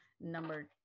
number